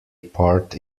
part